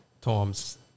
Tom's